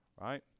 right